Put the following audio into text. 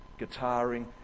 guitaring